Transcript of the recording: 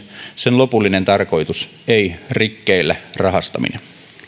sen lopullinen tarkoitus ei rikkeillä rahastamisen